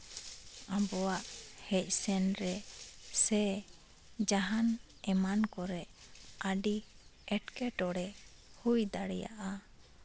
ᱟᱵᱚᱣᱟᱜ ᱦᱮᱡ ᱥᱮᱱᱨᱮ ᱥᱮ ᱡᱟᱦᱟᱱ ᱮᱢᱟᱱ ᱠᱚᱨᱮᱜ ᱟᱹᱰᱤ ᱮᱸᱴᱠᱮᱴᱚᱲᱮ ᱦᱩᱭ ᱫᱟᱲᱮᱭᱟᱜᱼᱟ